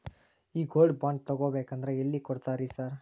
ಈ gold bond ತಗಾಬೇಕಂದ್ರ ಎಲ್ಲಿ ಕೊಡ್ತಾರ ರೇ ಸಾರ್?